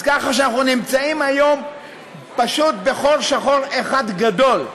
ככה שאנחנו נמצאים היום פשוט בחור שחור אחד גדול: